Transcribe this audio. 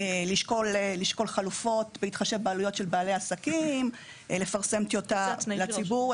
לשקול חלופות בהתחשב בעלויות של בעלי העסקים; לפרסם טיוטה לציבור,